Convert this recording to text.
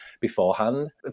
beforehand